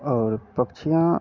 और पक्षियाँ